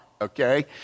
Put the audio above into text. okay